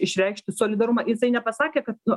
išreikšti solidarumą jisai nepasakė kad nu